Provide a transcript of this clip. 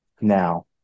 Now